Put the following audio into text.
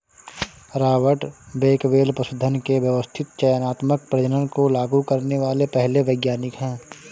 Robert Bakewell पशुधन के व्यवस्थित चयनात्मक प्रजनन को लागू करने वाले पहले वैज्ञानिक है